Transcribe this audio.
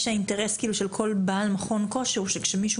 שהאינטרס של כל בעל מכון כושר הוא שכשמישהו